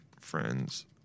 friends